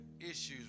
issues